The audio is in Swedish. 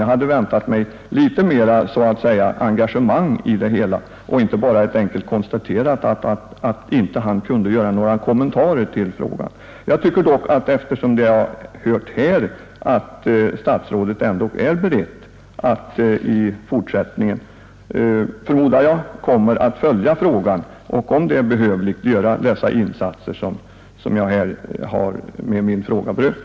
Jag hade väntat mig litet mera så att säga engagemang i det hela och inte bara ett enkelt konstaterande att han inte kunde göra några kommentarer till frågan. Jag tycker dock efter vad jag har hört här att statsrådet ändock är beredd att i fortsättningen, förmodar jag, följa frågan och om det är behövligt göra de insatser som jag med min fråga har berört.